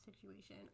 situation